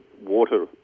water